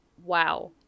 wow